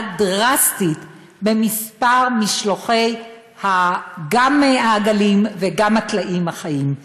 דרסטית של מספר המשלוחים גם של העגלים וגם של הטלאים החיים.